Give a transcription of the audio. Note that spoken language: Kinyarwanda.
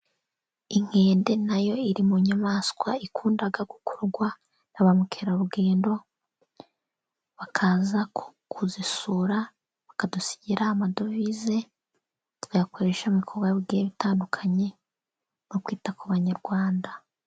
Inkende nayo iri mu nyamaswa ikunda gukorwa na ba mukerarugendo, bakaza kuzisura bakadusigira amadovize tuyakoresha mu bikorwa bigiye bitandukanye nko kwita ku banyarwanda.